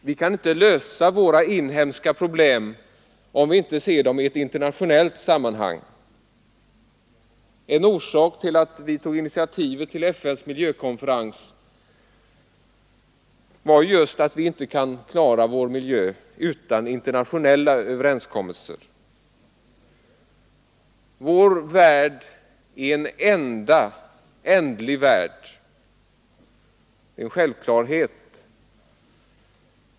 Vi kan inte lösa våra inhemska problem, om vi inte ser dem i ett internationellt sammanhang. En orsak till att vi tog initiativet till FN:s miljökonferens var just att vi inte kan klara vår egen miljö utan internationella överenskommelser. Vår värld är en enda ändlig värld. Det är en självklarhet.